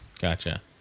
Gotcha